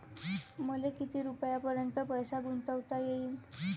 मले किती रुपयापर्यंत पैसा गुंतवता येईन?